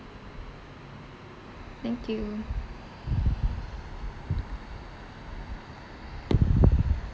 thank you